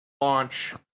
launch